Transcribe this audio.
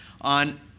on